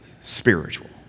spiritual